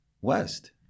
West